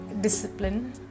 discipline